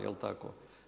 Jel tako?